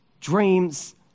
dreams